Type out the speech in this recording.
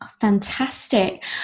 fantastic